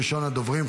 ראשון הדוברים,